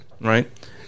right